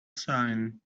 sign